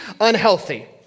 unhealthy